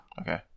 Okay